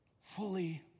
fully